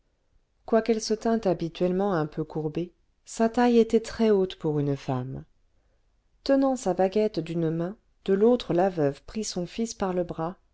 quoiqu'elle se tînt habituellement un peu courbée sa taille était très haute pour une femme tenant sa baguette d'une main de l'autre la veuve prit son fils par le bras